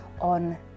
on